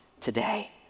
today